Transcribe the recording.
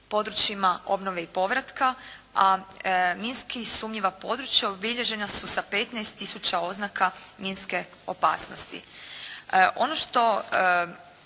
područjima obnove i povratka a minski sumnjiva područja obilježena su sa 15 tisuća oznaka minske opasnosti.